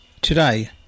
Today